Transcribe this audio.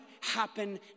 happen